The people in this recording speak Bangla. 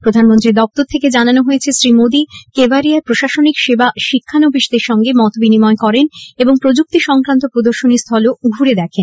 প্রধানমন্ত্রীর দফতর থেকে জানানো হয়েছে শ্রী মোদী কেভাড়িয়ায় প্রশাসনিক সেবা শিক্ষানবিশদের সঙ্গে মত বিনিময় করেন এবং প্রযুক্তি সংক্রান্ত প্রদর্শনীস্হল ও ঘুরে দেখেন